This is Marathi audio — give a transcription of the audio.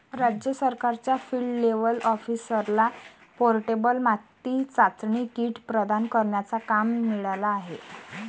राज्य सरकारच्या फील्ड लेव्हल ऑफिसरला पोर्टेबल माती चाचणी किट प्रदान करण्याचा काम मिळाला आहे